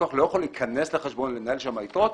לקוח לא יכול להיכנס לחשבון ולנהל שם יתרות.